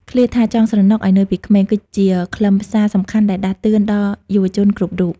ឃ្លាថា «ចង់ស្រណុកឱ្យនឿយពីក្មេង» គឺជាខ្លឹមសារសំខាន់ដែលដាស់តឿនដល់យុវជនគ្រប់រូប។